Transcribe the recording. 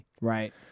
Right